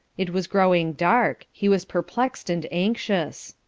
it was growing dark. he was perplexed and anxious.